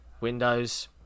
Windows